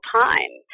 time